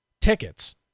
tickets